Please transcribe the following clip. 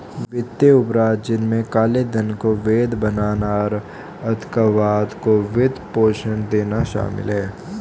वित्तीय अपराध, जिनमें काले धन को वैध बनाना और आतंकवाद को वित्त पोषण देना शामिल है